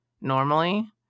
normally